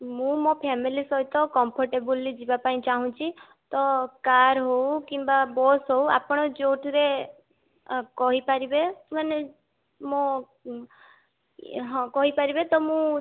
ମୁଁ ମୋ ଫେମିଲି ସହିତ କମ୍ଫର୍ଟେବୁଲି ଯିବାପାଇଁ ଚାହୁଁଛି ତ କାର୍ ହଉ କିମ୍ବା ବସ୍ ହଉ ଆପଣ ଯେଉଁଥିରେ କହିପାରିବେ ମାନେ ମୋ ହଁ କହିପାରିବେ ତ ମୁଁ